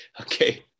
Okay